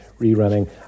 rerunning